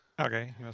Okay